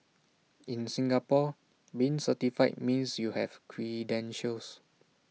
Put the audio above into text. in Singapore being certified means you have credentials